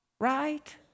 Right